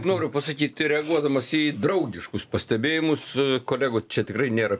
noriu pasakyt reaguodamas į draugiškus pastebėjimus kolegų čia tikrai nėra